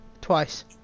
twice